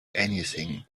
anything